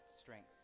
strength